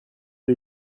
les